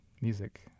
music